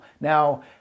Now